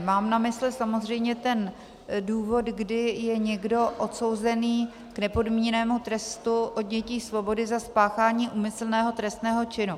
Mám na mysli samozřejmě ten důvod, kdy je někdo odsouzený k nepodmíněnému trestu odnětí svobody za spáchání úmyslného trestného činu.